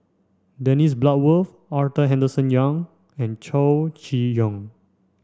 Dennis Bloodworth Arthur Henderson Young and Chow Chee Yong